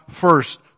first